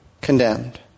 condemned